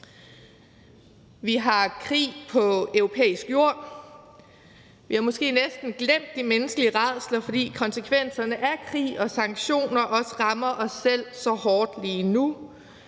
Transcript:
Vi har krig på europæisk jord, vi har måske næsten glemt de menneskelige rædsler, fordi konsekvenserne af krig og sanktioner også rammer os selv så hårdt lige nu.